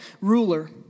ruler